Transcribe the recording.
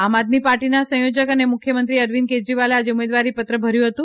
આમ આદમી પાર્ટીના સંયોજક અને મુખ્યમંત્રી અરવિંદ કેજરીવાલે આજે ઉમેદવારીપત્ર ભર્યું હતું